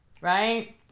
right